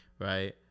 right